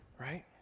Right